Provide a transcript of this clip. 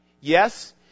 Yes